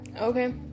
Okay